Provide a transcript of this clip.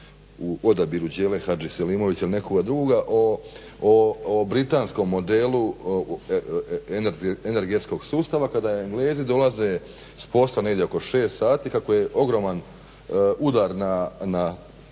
u odabiru Đele Hadžeselimovića ili nekoga drugoga o britanskom modelu energetskog sustava kada Englezi dolaze s posla negdje oko 6 sati, kako je ogroman udar na potrošnju